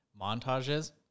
montages